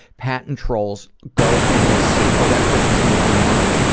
patent trolls go and they see, oh that person's making money,